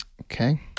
Okay